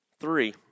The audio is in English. Three